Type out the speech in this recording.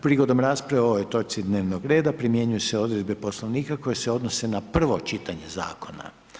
Prigodom rasprave o ovoj točci dnevnog reda primjenjuju se odredbe poslovnika koje se odnose na prvo čitanje zakona.